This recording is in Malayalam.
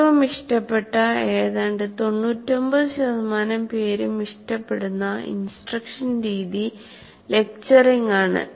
ഏറ്റവും ഇഷ്ടപ്പെട്ട ഏതാണ്ട് 99 ശതമാനം പേരും ഇഷ്ടപ്പെടുന്ന ഇൻസ്ട്രക്ഷൻ രീതി ലെക്ച്ചറിങ് ആണ്